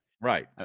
right